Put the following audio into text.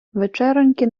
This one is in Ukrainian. вечероньки